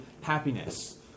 happiness